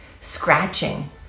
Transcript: scratching